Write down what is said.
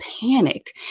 panicked